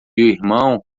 irmão